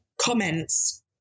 comments